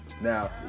Now